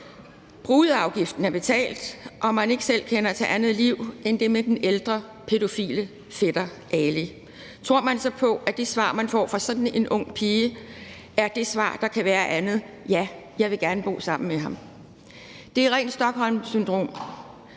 brudeafgiften er betalt og man ikke selv kender til andet liv end det med den ældre, pædofile fætter Ali, tror nogen så på, at det svar, man får fra sådan en ung pige, er et svar, der kan være andet end: Ja, jeg vil gerne bo sammen med ham. Det er rent stockholmsyndrom.